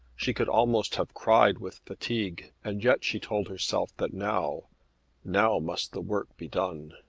she could almost have cried with fatigue and yet she told herself that now now must the work be done.